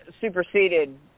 superseded